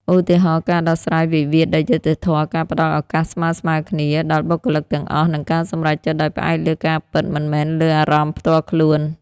ឧទាហរណ៍ ការដោះស្រាយវិវាទដោយយុត្តិធម៌ ការផ្ដល់ឱកាសស្មើៗគ្នាដល់បុគ្គលិកទាំងអស់ និងការសម្រេចចិត្តដោយផ្អែកលើការពិត មិនមែនលើអារម្មណ៍ផ្ទាល់ខ្លួន។